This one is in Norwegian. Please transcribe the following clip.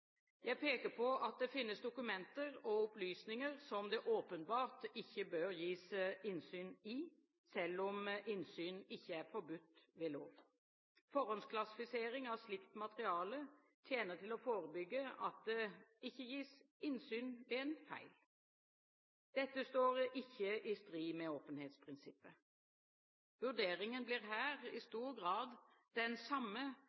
Jeg peker på at det finnes dokumenter og opplysninger som det åpenbart ikke bør gis innsyn i, selv om innsyn ikke er forbudt ved lov. Forhåndsklassifisering av slikt materiale tjener til å forebygge at det ikke gis innsyn ved en feil. Dette står ikke i strid med åpenhetsprinsippet. Vurderingen blir her i stor grad den samme